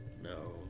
No